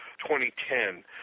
2010